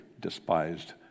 despised